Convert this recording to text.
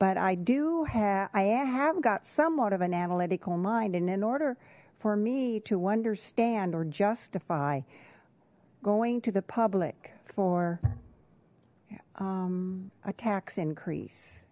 but i do have i have got somewhat of an analytical mind and in order for me to understand or justify going to the public for a tax increase